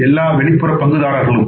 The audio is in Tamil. எல்லா வெளிப்புற பங்குதாரர்களும்